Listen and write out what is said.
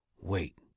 Wait